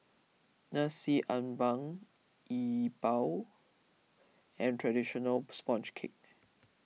Nasi Ambeng Yi Bua and Traditional Sponge Cake